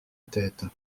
tête